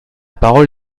parole